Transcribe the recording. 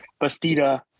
Bastida